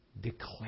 declare